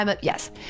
Yes